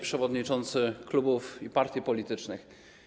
Przewodniczący Klubów i Partii Politycznych!